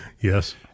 yes